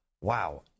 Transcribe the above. Wow